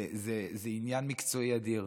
זה עניין מקצועי אדיר.